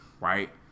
Right